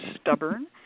stubborn